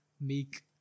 make